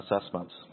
assessments